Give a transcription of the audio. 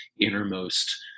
innermost